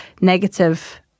Negative